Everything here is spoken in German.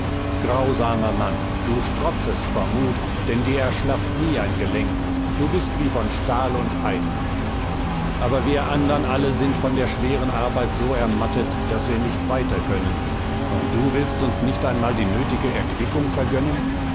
grausamer mann du trotzest vor mut denn dir erschlafft nie ein gelenk du bist wie von stahl und eisen aber wir andern alle sind von der schweren arbeit so ermattet daß wir nicht weiter können und du willst uns nicht einmal die nötige erquickung vergönnen